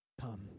come